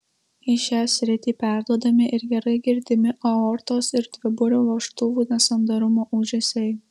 į šią sritį perduodami ir gerai girdimi aortos ir dviburio vožtuvų nesandarumo ūžesiai